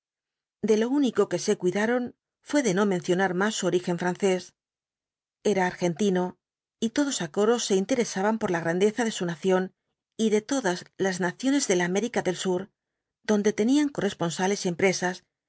de lo único que cuidaron fué de no mencionar más su origen francés era argentino y todos á coro se interesaban por la grandeza de su nación y de todas las naciones de la américa del sur donde tenían corresponsales y empresas